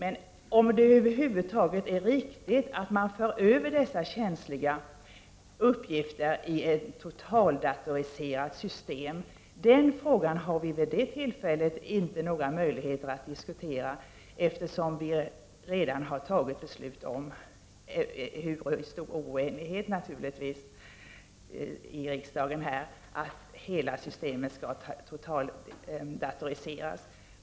Riksdagen har vid det aktuella tillfället inte några möjligheter att diskutera frågan om det över huvud taget är riktigt att föra över dessa känsliga uppgifter till ett totaldatoriserat system, eftersom riksdagen redan — i stor oenighet visserligen — har fattat beslut om att hela systemet skall totaldatoriseras.